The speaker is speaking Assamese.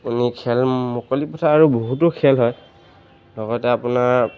আপুনি খেল মুকলি পথাৰ আৰু বহুতো খেল হয় লগতে আপোনাৰ